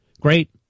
great